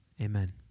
Amen